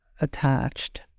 attached